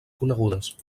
conegudes